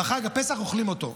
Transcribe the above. בחג הפסח אוכלים אותו.